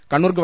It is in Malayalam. കണ്ണൂർ ഗവ